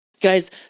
Guys